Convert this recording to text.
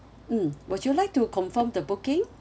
mm would you like to confirm the booking